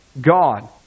God